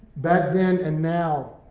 back then and now,